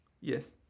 Yes